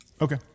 Okay